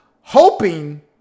hoping